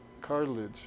cartilage